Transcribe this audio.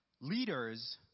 Leaders